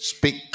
Speak